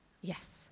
Yes